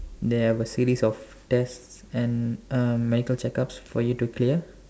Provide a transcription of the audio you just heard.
they have a series of tests and uh medical checkups for you to clear